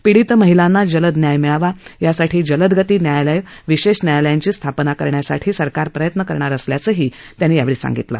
पीडित महिलांना जलद न्याय मिळावा यासाठी जलदगती न्यायालयं विशेष न्यायालयांची स्थापना करण्यासाठी सरकार प्रयत्न करणार असल्याचंही त्यांनी सांगितलं